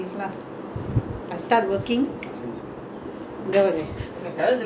ஆமா நா வளர்ந்ததே எப்டினு அவங்ககிட்டே சொல்ரே கேட்டுட்டு இருக்கீங்கல:aamaa naa valarnthathae epdinu avangakita solrae ketutu irukeenggala